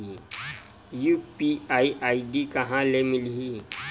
UPI ID कहां ले मिलही?